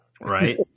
Right